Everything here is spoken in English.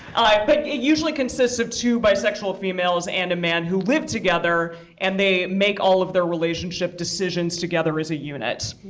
but it usually consists of two bisexual females and a man who live together, and they make all of their relationship decisions together as a unit.